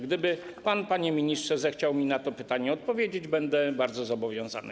Gdyby pan, panie ministrze, zechciał mi na to pytanie odpowiedzieć, będę bardzo zobowiązany.